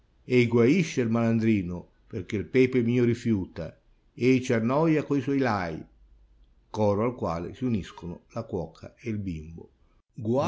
ei guaisce il malandrino perchè il pepe mio rifiuta ei ci annoia co suoi lai coro al quale si uniscono la cuoca e il bimbo